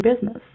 business